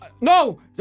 No